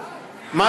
די.